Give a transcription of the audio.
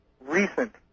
recent